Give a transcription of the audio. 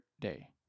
day